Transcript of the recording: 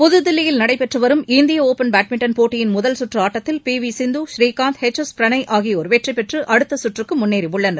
புதுதில்லியில் நடைபெற்றுவரும் இந்திய ஒப்பன் பேட்மிண்ட்டன் போட்டியின் முதல்கற்று ஆட்டத்தில் P V Sindhu Srikanth H S Prannoy ஆகியோர் வெற்றிபெற்று அடுத்த சுற்றுக்கு முன்னேறியுள்ளனர்